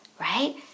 right